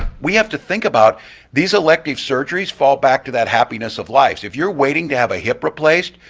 we have to think about these elective surgeries fall back to that happiness of life. if you're waiting to have a hip replaced,